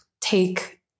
take